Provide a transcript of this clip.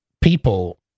people